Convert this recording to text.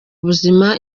buzima